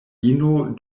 ino